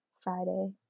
Friday